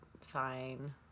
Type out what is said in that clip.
fine